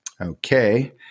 Okay